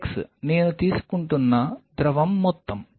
x నేను తీసుకుంటున్న ద్రవం మొత్తం